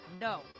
No